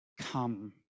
come